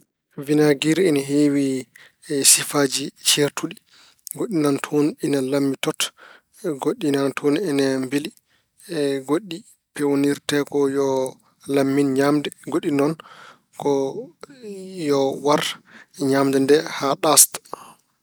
Winaagir ina heewi sifaaji ceertuɗi Goɗɗi nana toon, ina lammi tot. Goɗɗi nana toon ina mbeli. Goɗɗi peewn ko yo lammin ñaamde. Goɗɗi ko yo war ñaamde nde haa ɗaasɗa.